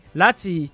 lati